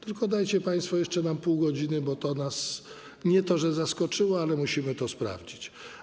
Tylko dajcie państwo jeszcze nam pół godziny, bo nie to, że nas to zaskoczyło, ale musimy to sprawdzić.